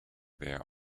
there